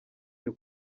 cyo